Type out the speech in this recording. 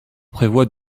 prévoit